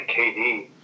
KD